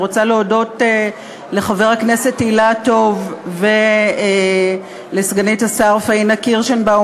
ואני רוצה להודות לחבר הכנסת אילטוב ולסגנית השר פאינה קירשנבאום